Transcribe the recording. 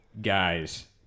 guys